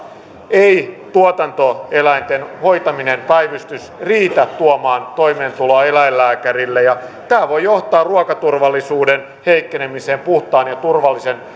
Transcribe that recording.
ei tuotantoeläinten hoitaminen ja päivystys riitä tuomaan toimeentuloa eläinlääkärille tämä voi johtaa ruokaturvallisuuden heikkenemiseen puhtaan ja turvallisen